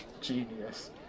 genius